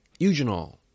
eugenol